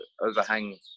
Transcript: overhang